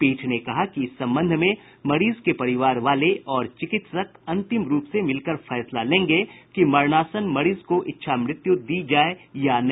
पीठ ने कहा कि इस संबंध में मरीज के परिवार वाले और चिकित्सक अंतिम रूप से मिलकर फैसला लेंगे कि मरणासन्न मरीज को इच्छा मृत्यु दी जाय या नहीं